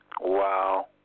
Wow